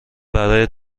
برای